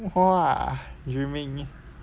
!wah! dreaming